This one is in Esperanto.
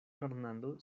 fernando